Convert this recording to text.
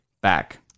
back